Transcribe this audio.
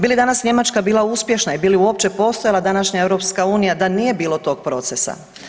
Bili danas Njemačka bila uspješna i bili uopće postojala današnja EU da nije bilo tog procesa?